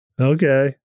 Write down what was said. okay